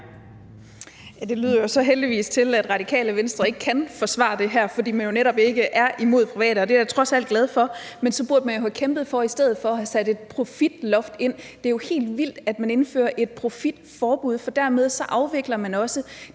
Det lyder jo så heldigvis til, at Radikale Venstre ikke kan forsvare det her, fordi man netop ikke er imod private, og det er jeg trods alt glad for. Men så burde man jo i stedet for have kæmpet for at sætte et profitloft ind. Det er jo helt vildt, at man indfører et profitforbud, for dermed afvikler man også